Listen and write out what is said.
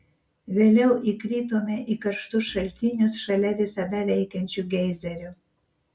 vėliau įkritome į karštus šaltinius šalia visada veikiančių geizerių